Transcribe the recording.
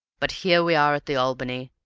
but here we are at the albany,